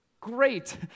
great